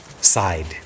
side